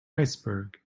iceberg